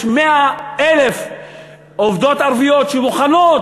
יש 100,000 עובדות ערביות שמוכנות,